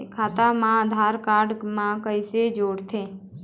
खाता मा आधार कारड मा कैसे जोड़थे?